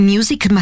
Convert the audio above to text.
Music